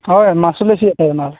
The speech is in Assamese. হয় মাছ অ'লেছি এতে আমাৰ